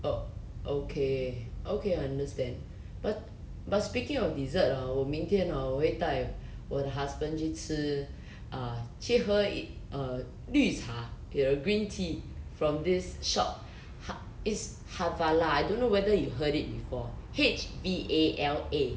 oh okay okay understand but but speaking of dessert hor 我明天 hor 我会带我的 husband 去吃 uh 去喝 eh uh 绿茶 you know green tea from this shop uh it's Hvala I don't know whether you heard it before H V A L A